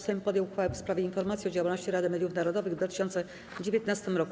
Sejm podjął uchwałę w sprawie informacji o działalności Rady Mediów Narodowych w 2019 roku.